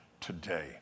today